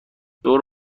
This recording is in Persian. دور